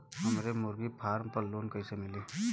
हमरे मुर्गी फार्म पर लोन कइसे मिली?